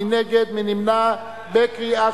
מי נגד?